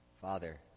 Father